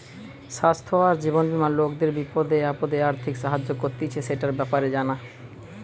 স্বাস্থ্য আর জীবন বীমা লোকদের বিপদে আপদে আর্থিক সাহায্য করতিছে, সেটার ব্যাপারে জানা